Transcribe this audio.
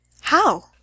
How